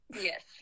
Yes